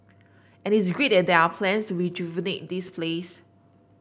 and it's great that there are plans to rejuvenate this place